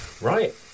right